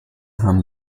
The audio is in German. haben